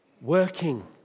working